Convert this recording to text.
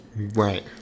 Right